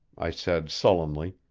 i said sullenly,